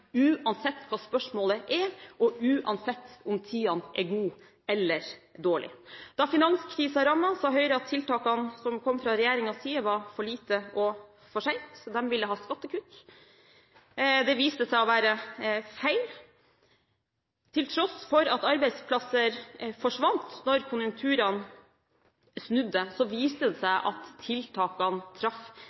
uansett hva spørsmålet er, og uansett om tidene er gode eller dårlige. Da finanskrisen rammet, sa Høyre at tiltakene som kom fra regjeringens side, var for små, og at de kom for sent. De ville ha skattekutt. Det viste seg å være feil. Til tross for at arbeidsplasser forsvant da konjunkturene snudde, viste det seg at tiltakene traff